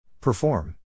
Perform